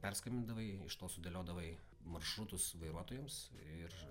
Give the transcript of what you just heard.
perskambindavai iš to sudėliodavai maršrutus vairuotojams ir